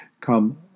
Come